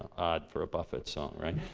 odd for a buffett song, right?